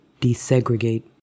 Desegregate